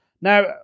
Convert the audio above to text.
Now